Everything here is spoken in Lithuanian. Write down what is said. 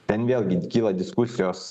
ten vėlgi kyla diskusijos